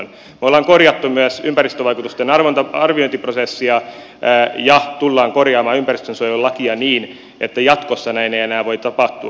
me olemme korjanneet myös ympäristövaikutusten arviointiprosessia ja tulemme korjaamaan ympäristönsuojelulakia niin että jatkossa näin ei enää voi tapahtua